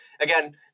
again